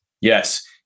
Yes